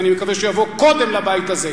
ואני מקווה שהוא יבוא קודם לבית הזה,